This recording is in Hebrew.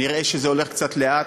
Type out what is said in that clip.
נראה שזה הולך קצת לאט,